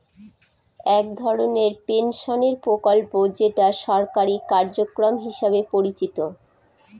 এক ধরনের পেনশনের প্রকল্প যেটা সরকারি কার্যক্রম হিসেবে পরিচিত